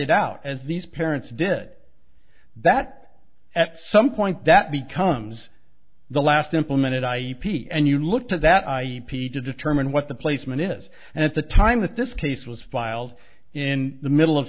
it out as these parents did that at some point that becomes the last implemented i a p t and you looked at that i need to determine what the placement is and at the time that this case was filed in the middle of